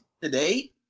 Today